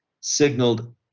signaled